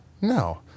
no